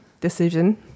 decision